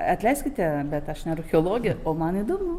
atleiskite bet aš ne archeologė o man įdomu